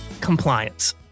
compliance